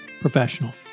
professional